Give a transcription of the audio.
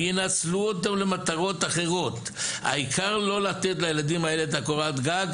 וינצלו אותם למטרות אחרות העיקר לא לתת לילדים האלה את הקורת גג,